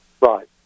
Right